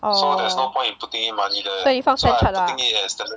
oh so 你放 stand chart ah